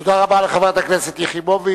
תודה רבה לחברת הכנסת יחימוביץ,